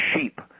sheep